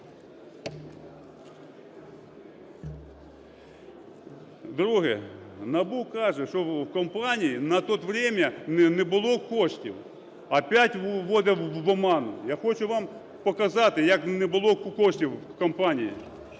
Друге. НАБУ каже, що в компании на то время не було коштів. Опять вводить в оману. Я хочу вам показати, як не було коштів в компанії.